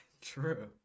True